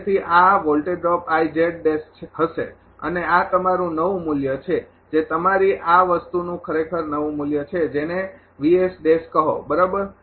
તેથી અને આ વોલ્ટેજ ડ્રોપ હશે અને આ તમારું નવું મૂલ્ય છે જે તમારી આ વસ્તુનું ખરેખર નવું મૂલ્ય છે જેને કહો બરાબર